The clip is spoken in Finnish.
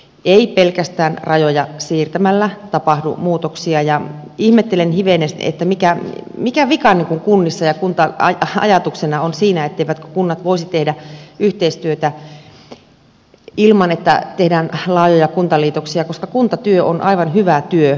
ei pelkästään rajoja siirtämällä tapahdu muutoksia ja ihmettelen hivenesti mikä vika kunnissa ja kunta ajatuksessa on siinä etteivätkö kunnat voisi tehdä yhteistyötä ilman että tehdään laajoja kuntaliitoksia koska kuntatyö on aivan hyvä työ